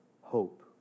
hope